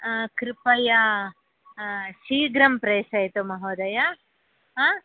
कृपया शीघ्रं प्रेषयतु महोदय